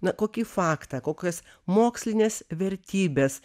na kokį faktą kokias mokslines vertybes